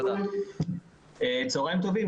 צהריים טובים,